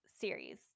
series